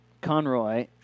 Conroy